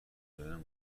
شدن